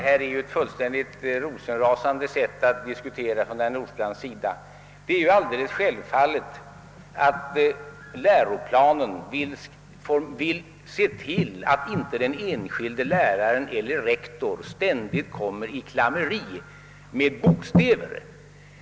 Herr talman! Herr Nordstrandhs sätt att diskutera denna fråga är fullständigt rosenrasande. Det är alldeles självklart att läroplanen vill se till att inte den enskilde läraren eller rektorn ständigt kommer i något bokstavsklammeri.